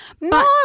No